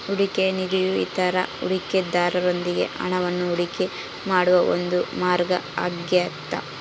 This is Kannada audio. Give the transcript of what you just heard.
ಹೂಡಿಕೆಯ ನಿಧಿಯು ಇತರ ಹೂಡಿಕೆದಾರರೊಂದಿಗೆ ಹಣವನ್ನು ಹೂಡಿಕೆ ಮಾಡುವ ಒಂದು ಮಾರ್ಗ ಆಗ್ಯದ